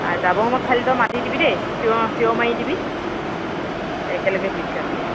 আৰু যাবৰ সময়ত খালী তই মাতি দিবি দেই চিঞৰ অঁ চিঞৰ মাৰি দিবি অঁ একেলগে গুচি যামগৈ